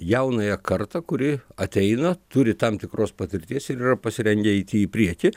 jaunąją kartą kuri ateina turi tam tikros patirties ir yra pasirengę eiti į priekį